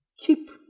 keep